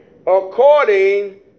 according